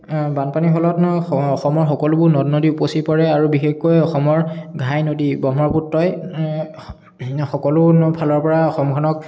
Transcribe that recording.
বানপানীৰ ফলত অসমৰ সকলোবোৰ নদ নদী উপচি পৰে আৰু বিশেষকৈ অসমৰ ঘাই নদী ব্ৰহ্মপুত্ৰই সকলো ফালৰ পৰা অসমখনক